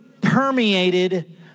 permeated